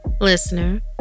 Listener